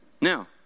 Now